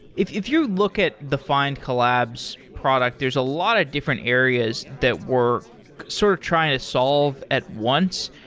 if if you look at the findcollabs product, there's a lot of different areas that we're sort of trying to solve at once,